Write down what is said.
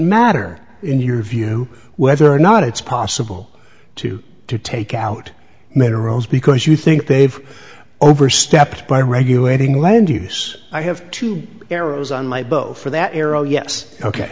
matter in your view whether or not it's possible to to take out minerals because you think they've overstepped by regulating land use i have two arrows on my boat for that arrow yes ok